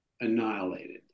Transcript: annihilated